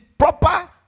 proper